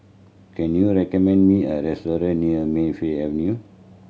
can you recommend me a restaurant near Mayfield Avenue